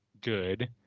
good